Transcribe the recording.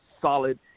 solid